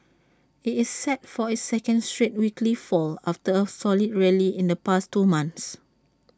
IT is set for its second straight weekly fall after A solid rally in the past two months